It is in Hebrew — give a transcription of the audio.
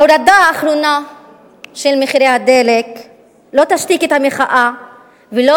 ההורדה האחרונה של מחירי הדלק לא תשתיק את המחאה ולא